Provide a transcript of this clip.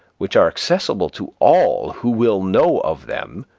which are accessible to all who will know of them,